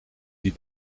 die